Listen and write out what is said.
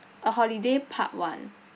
err holiday part one